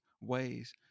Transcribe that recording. ways